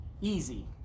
Easy